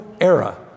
era